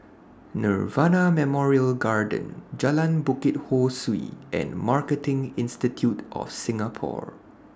Nirvana Memorial Garden Jalan Bukit Ho Swee and Marketing Institute of Singapore